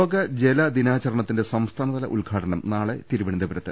ലോക ജലദിനാചരണത്തിന്റെ സംസ്ഥാനതല ഉദ്ഘാടനം നാളെ തിരുവനന്തപുരത്ത്